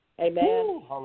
Amen